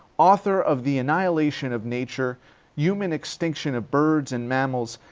author of the annihilation of nature human extinction of birds and mammals,